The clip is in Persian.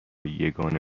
یگانه